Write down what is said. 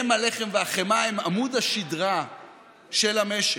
הם הלחם והחמאה, הם עמוד השדרה של המשק.